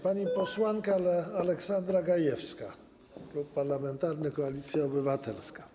Pani posłanka Aleksandra Gajewska, Klub Parlamentarny Koalicja Obywatelska.